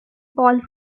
paul